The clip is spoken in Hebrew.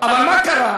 אבל מה קרה?